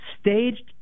staged